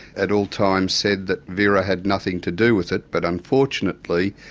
at all times said that vera had nothing to do with it, but unfortunately,